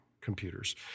computers